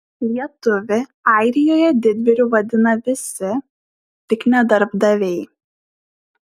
lietuvį airijoje didvyriu vadina visi tik ne darbdaviai